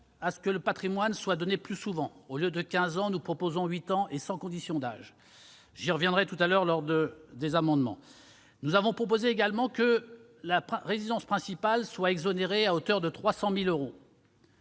que le patrimoine soit donné plus souvent- au lieu de quinze ans, nous proposons huit ans, et sans condition d'âge ; j'y reviendrai tout à l'heure lors de la discussion des amendements. Nous proposons également que la résidence principale soit exonérée à hauteur de 300 000 euros,